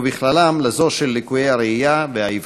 ובכללם לקויי ראייה ועיוורים.